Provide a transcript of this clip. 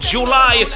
July